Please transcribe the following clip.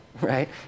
right